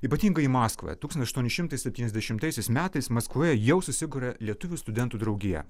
ypatingai į maskvą tūkstantis aštuoni šimtai septyniasdešimtais metais maskvoje jau susikuria lietuvių studentų draugija